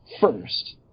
first